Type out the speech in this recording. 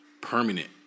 permanent